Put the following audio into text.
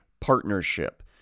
partnership